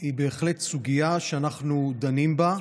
היא בהחלט סוגיה שאנחנו דנים בה,